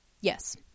Yes